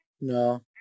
No